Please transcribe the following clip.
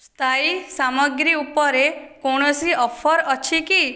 ସ୍ଥାୟୀ ସାମଗ୍ରୀ ଉପରେ କୌଣସି ଅଫର୍ ଅଛି କି